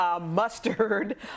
mustard